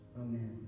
Amen